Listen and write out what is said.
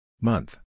Month